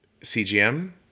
CGM